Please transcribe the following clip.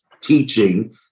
teaching